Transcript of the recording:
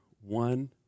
one